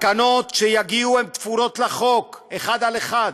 התקנות שיגיעו תפורות לחוק, אחד על אחד.